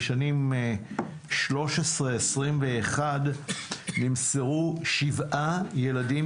בשנים 2021-2013 נמסרו לזוגות חד-מיניים שבעה ילדים